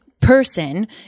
person